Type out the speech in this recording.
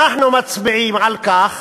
אנחנו מצביעים על כך